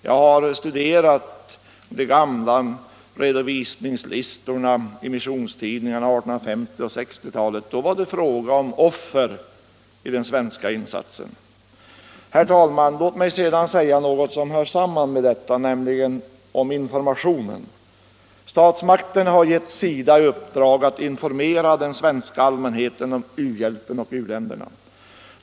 Jag har studerat de gamla redovisningslistorna i missionstidningarna från 1850 och 1860-talen. Då var det fråga om offer i den svenska insatsen. Herr talman! Låt mig sedan övergå till att säga några ord om informationen i Sverige om u-landsproblemen. Statsmakterna har gett SIDA i uppdrag att informera den svenska allmänheten om u-hjälpen och uländerna.